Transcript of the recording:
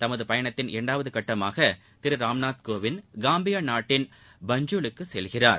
தமது பயணத்தின் இரண்டாவது கட்டமாக திரு ராம்நாத் கோவிந்த் காம்பியா நாட்டின் பஞ்ஜுலுக்கு செல்கிறார்